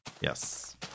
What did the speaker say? Yes